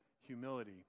humility